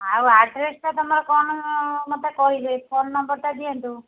ଆଉ ଆଡ଼୍ରେସ୍ଟା ତମର କ'ଣ ମୋତେ କହିଦେଇ ଫୋନ୍ ନମ୍ବରଟା ଦିଅନ୍ତୁ